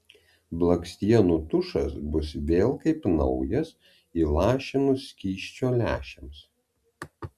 blakstienų tušas bus vėl kaip naujas įlašinus skysčio lęšiams